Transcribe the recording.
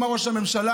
אמר ראש הממשלה,